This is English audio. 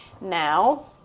Now